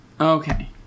Okay